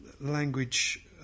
language